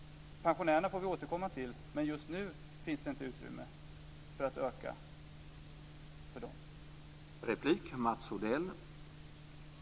Vi får återkomma till pensionärerna. Just nu finns det inte utrymme att öka för dem.